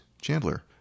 Chandler